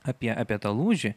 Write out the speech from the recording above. apie apie tą lūžį